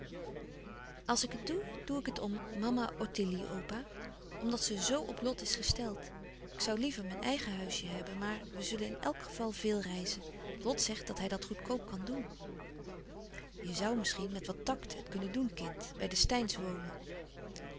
als ik het doe doe ik het om mama ottilie opa omdat ze zoo op lot is gesteld ik zoû liever mijn eigen huisje hebben maar we zullen in elk geval veel reizen lot zegt dat hij dat goedkoop kan doen je zoû misschien met wat tact het kunnen doen kind bij de steyns wonen